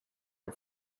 are